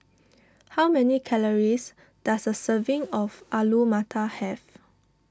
how many calories does a serving of Alu Matar have